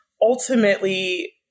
ultimately